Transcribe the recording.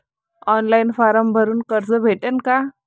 Online form भरून कर्ज भेटन का?